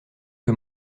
que